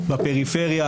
בפריפריה,